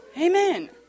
Amen